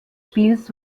spieles